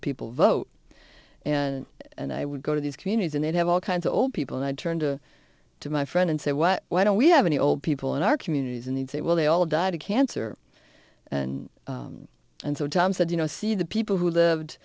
people vote and and i would go to these communities and they'd have all kinds of old people and i'd turned to my friend and say what why don't we have any old people in our communities and they'd say well they all died of cancer and so tom said you know see the people who lived